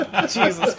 Jesus